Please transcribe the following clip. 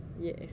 Yes